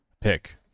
pick